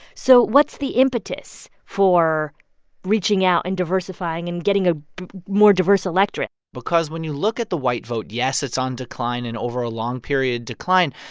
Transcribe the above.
so what's the impetus for reaching out and diversifying and getting a more diverse electorate? because when you look at the white vote, yes, it's on decline and over a long period decline.